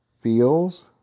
feels